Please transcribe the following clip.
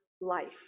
life